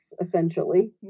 essentially